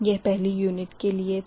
यह पहली यूनिट के लिए था